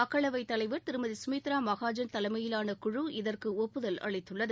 மக்களவைத்தலைவர் திருமதி சுமித்ரா மகாஜன் தலைமையிலான குழு இதற்கு ஒப்புதல் அளித்துள்ளது